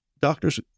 Doctors